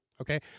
Okay